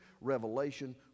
revelation